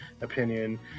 opinion